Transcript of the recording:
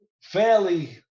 fairly